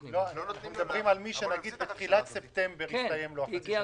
נאמר שבתחילת ספטמבר מסתיימת לו חצי השנה